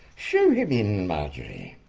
show him in, marjorie!